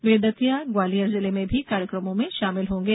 वे दतिया ग्वालियर जिले में भी कार्यक्रमों में शामिल होंगे